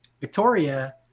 Victoria